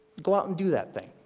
go out and do that thing.